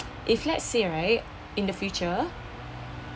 if let's say right in the future